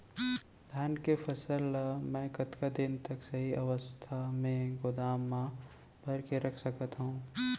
धान के फसल ला मै कतका दिन तक सही अवस्था में गोदाम मा भर के रख सकत हव?